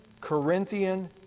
Corinthian